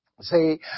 See